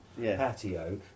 Patio